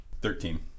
Thirteen